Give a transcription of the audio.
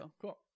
cool